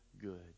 good